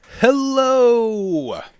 hello